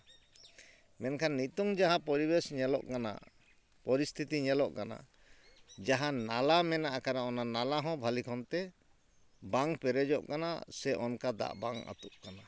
ᱢᱮᱱᱠᱷᱟᱱ ᱱᱤᱛᱳᱝ ᱡᱟᱦᱟᱸ ᱯᱚᱨᱤᱵᱮᱥ ᱧᱮᱞᱚᱜ ᱠᱟᱱᱟ ᱯᱚᱨᱤᱥᱛᱷᱤᱛᱤ ᱧᱮᱞᱚᱜ ᱠᱟᱱᱟ ᱡᱟᱦᱟᱸ ᱱᱟᱞᱟ ᱢᱮᱱᱟᱜ ᱟᱠᱟᱫᱼᱟ ᱚᱱᱟ ᱱᱟᱞᱟ ᱦᱚᱸ ᱵᱷᱟᱞᱮ ᱠᱚᱱ ᱛᱮ ᱵᱟᱝ ᱯᱮᱨᱮᱡᱚᱜ ᱠᱟᱱᱟ ᱥᱮ ᱚᱱᱠᱟ ᱫᱟᱜ ᱵᱟᱝ ᱟᱹᱛᱩᱜ ᱠᱟᱱᱟ